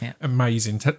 amazing